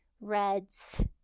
reds